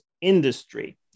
industry